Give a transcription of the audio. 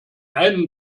einen